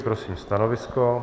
Prosím stanovisko.